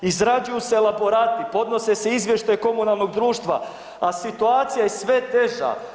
Izrađuju se elaborati, podnose se izvještaji komunalnog društva, a situacija i je sve teža.